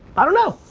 i don't know.